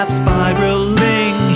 spiraling